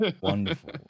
Wonderful